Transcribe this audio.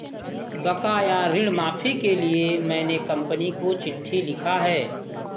बकाया ऋण माफी के लिए मैने कंपनी को चिट्ठी लिखा है